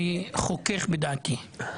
אני חוכך בדעתי.